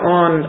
on